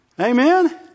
Amen